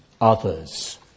others